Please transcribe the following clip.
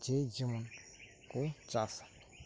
ᱡᱮ ᱡᱮᱢᱚᱱ ᱠᱚ ᱪᱟᱥᱟ